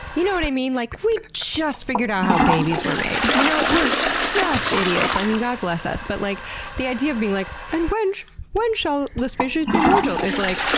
you know what i mean? like we just figured out how babies were made. you know, we're such idiots. i mean, god bless us, but like the idea of being like, and when when shall the species be mortal? is like,